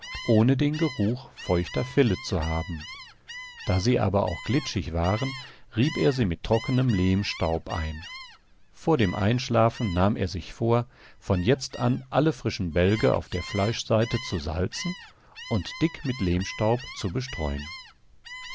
ohne den geruch feuchter felle zu haben da sie aber auch glitschig waren rieb er sie mit trockenem lehmstaub ein vor dem einschlafen nahm er sich vor von jetzt an alle frischen bälge auf der fleischseite zu salzen und dick mit lehmstaub zu bestreuen